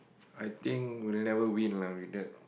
I think we'll never win ah with that